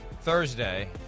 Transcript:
Thursday